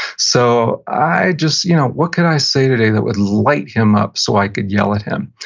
so i just, you know what could i say today that would light him up so i could yell at him?